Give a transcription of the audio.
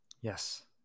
Yes